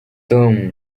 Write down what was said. tom